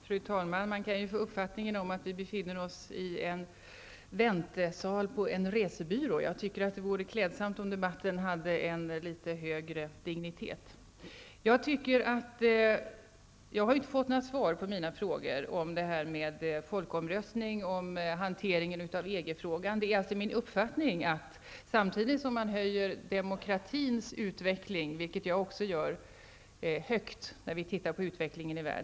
Fru talman! Man kan få uppfattningen att vi befinner oss i en väntsal på en resebyrå. Jag tycker det vore klädsamt om debatten hade en litet högre dignitet. Jag har inte fått något svar på mina frågor om folkomröstning och hantering av EG-frågan. Man sätter demokratins utveckling i världen högt, vilket jag också gör.